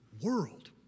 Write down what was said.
world